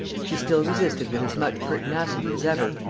she still resisted with as much pertinacity as ever,